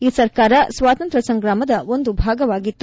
ಈ ಸರ್ಕಾರ ಸ್ವಾತಂತ್ರ್ಯ ಸಂಗ್ರಾಮದ ಒಂದು ಭಾಗವಾಗಿತ್ತು